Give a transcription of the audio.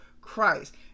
Christ